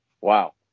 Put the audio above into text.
wow